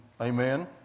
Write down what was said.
amen